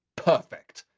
perfect.